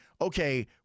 okay